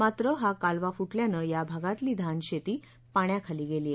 मात्र हा कालवा फुटल्यानं या भागातली धान शेती पाण्याखाली गेलीय